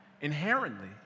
inherently